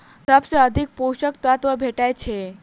सबसँ अधिक पोसक तत्व भेटय छै?